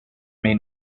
may